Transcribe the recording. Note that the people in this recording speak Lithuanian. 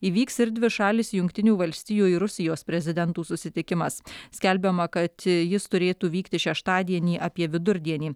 įvyks ir dvišalis jungtinių valstijų ir rusijos prezidentų susitikimas skelbiama kad jis turėtų vykti šeštadienį apie vidurdienį